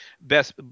best